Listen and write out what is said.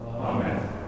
Amen